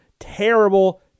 terrible